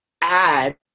add